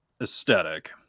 aesthetic